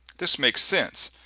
this makes since.